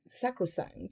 sacrosanct